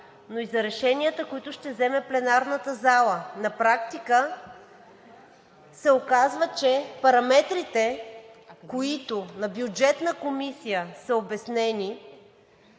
но и за решенията, които ще вземе пленарната зала. На практика се оказва, че параметрите, които на Бюджетната комисия, са обяснени